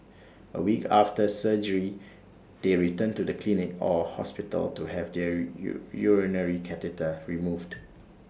A week after surgery they return to the clinic or hospital to have their urinary catheter removed